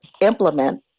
implement